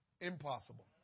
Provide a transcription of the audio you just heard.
impossible